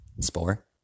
Spore